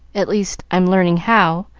at least, i'm learning how,